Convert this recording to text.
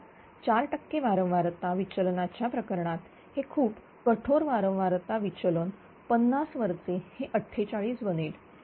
तर चार टक्के वारंवारता विचलनाच्या प्रकरणात हेखूप कठोर वारंवारता विचलन 50 वरचे हे 48 बनेल